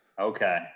Okay